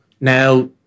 now